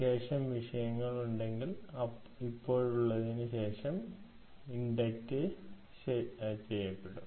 ശേഷം വിഷയങ്ങൾ ഉണ്ടെങ്കിൽ ഇപ്പോഴുള്ളതിനുശേഷം ഇൻഡെൻറ് ചെയ്യപ്പെടും